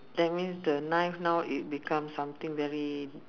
that means the knife now it becomes something very